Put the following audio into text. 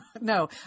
no